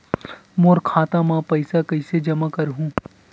मोर खाता म पईसा कइसे जमा करहु?